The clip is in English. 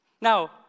Now